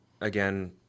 again